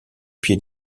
pied